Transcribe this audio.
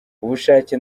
ubushake